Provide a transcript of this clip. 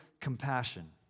compassion